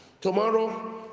Tomorrow